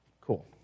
Cool